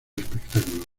espectáculo